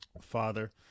Father